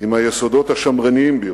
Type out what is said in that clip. עם היסודות השמרניים ביותר.